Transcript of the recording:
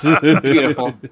Beautiful